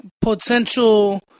potential